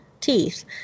teeth